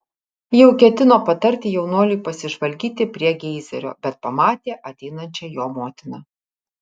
jau ketino patarti jaunuoliui pasižvalgyti prie geizerio bet pamatė ateinančią jo motiną